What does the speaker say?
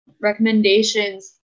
recommendations